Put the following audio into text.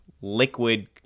liquid